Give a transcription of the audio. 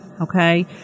Okay